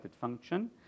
function